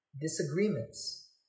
Disagreements